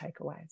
takeaways